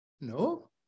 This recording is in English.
No